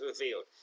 revealed